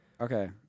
okay